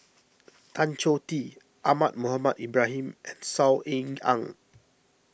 Tan Choh Tee Ahmad Mohamed Ibrahim and Saw Ean Ang